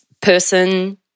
person